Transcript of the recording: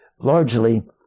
largely